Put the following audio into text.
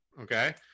Okay